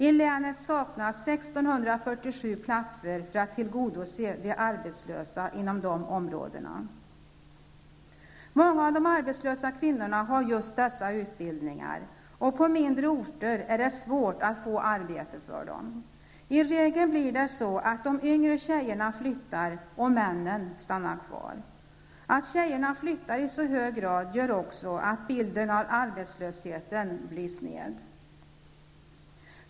I länet saknas 1 647 platser för att tillgodose de arbetslösa inom de områdena. Många av de arbetslösa kvinnorna har just dessa utbildningar, och på mindre orter är det svårt att få arbete för dem. I regel blir det så att de yngre tjejerna flyttar och männen stannar kvar. Att tjejerna flyttar i så hög grad gör också att bilden av arbetslösheten blir sned.